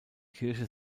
kirche